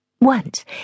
Once